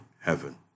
heaven